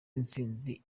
itsinzi